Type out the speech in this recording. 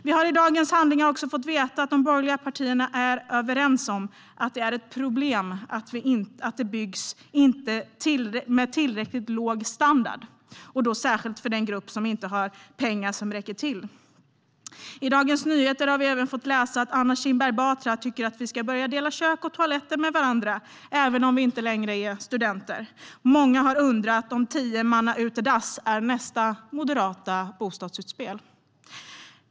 Vi har i dagens debatt fått veta att de borgerliga partierna är överens om att det är ett problem att det inte byggs med tillräckligt låg standard, och då särskilt för den grupp som inte får pengarna att räcka till. I Dagens Nyheter har vi även fått läsa att Anna Kinberg Batra tycker att vi ska börja dela kök och toalett med varandra även om vi inte längre är studenter. Många har undrat om tiomannautedass är nästa moderata bostadsutspel.